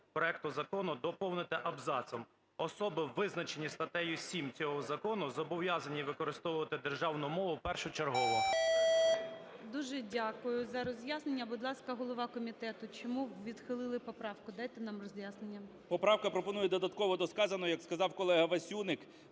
Дуже дякую за роз'яснення. Будь ласка, голова комітету, чому відхилили поправку? Дайте нам роз'яснення. 10:39:56 КНЯЖИЦЬКИЙ М.Л. Поправка пропонує додатково до сказаного, як сказав колега Васюник,